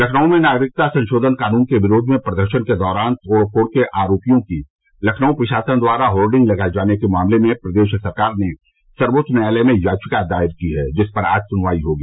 लखनऊ में नागरिकता संशोधन कानून के विरोध में प्रदर्शन के दौरान तोड़फोड़ के आरोपियों की लखनऊ प्रशासन द्वारा होर्डिंग लगाये जाने के मामले में प्रदेश सरकार ने सर्वोच्च न्यायालय में याचिका दायर की है जिस पर आज सुनवाई होगी